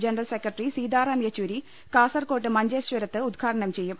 general secretary Sitaram Yechury കാസർകോട്ട് മഞ്ചേശ്വരത്ത് ഉദ്ഘാടനം ചെയ്യും